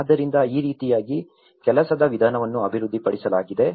ಆದ್ದರಿಂದ ಈ ರೀತಿಯಾಗಿ ಕೆಲಸದ ವಿಧಾನವನ್ನು ಅಭಿವೃದ್ಧಿಪಡಿಸಲಾಗಿದೆ